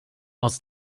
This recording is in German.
aus